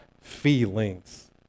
feelings